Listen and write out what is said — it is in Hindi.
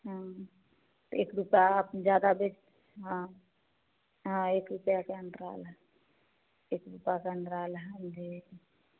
एक रुपये आप ज्यादा बेच हाँ हाँ एक रुपये का अंतराल है एक रुपये का अंतराल है हम देखें